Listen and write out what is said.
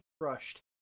crushed